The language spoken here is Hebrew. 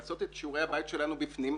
לעשות את שיעורי הבית שלנו בפנים.